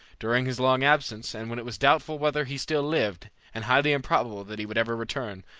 during his long absence, and when it was doubtful whether he still lived, and highly improbable that he would ever return,